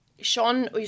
Sean